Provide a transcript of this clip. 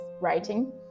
writing